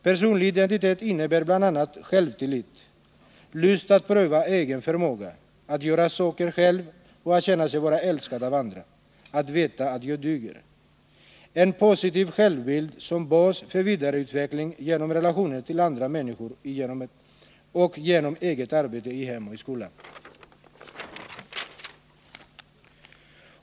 Personlig identitet innebär bl.a. självtillit, lust att pröva egen förmåga, att göra saker själv, att känna sig vara älskad av alla och att veta att jag duger — en positiv självbild som bas för vidare utveckling genom relationer till andra människor och genom eget arbete i hem och i skola.